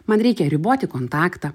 man reikia riboti kontaktą